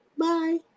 Bye